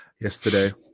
yesterday